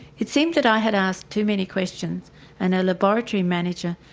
it seemed that i had asked too many questions and a laboratory manager,